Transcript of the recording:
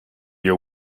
your